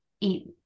eat